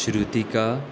Shrutika